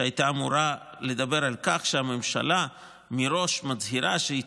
שהייתה אמורה לדבר על כך שהממשלה מראש מצהירה שהיא